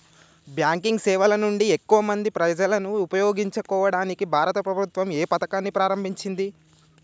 Banking సేవల నుండి ఎక్కువ మంది ప్రజలను ఉపయోగించుకోవడానికి భారత ప్రభుత్వం ఏ పథకాన్ని ప్రారంభించింది?